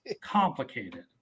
complicated